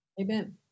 Amen